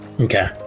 okay